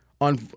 on